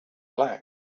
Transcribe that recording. black